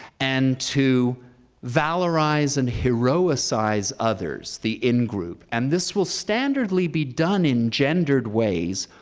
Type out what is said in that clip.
and to valorize and heroicize others, the in group, and this will standardly be done in gender ways,